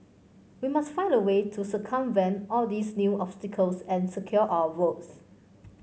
we must find a way to circumvent all these new obstacles and secure our votes